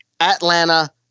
Atlanta